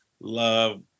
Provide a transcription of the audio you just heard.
love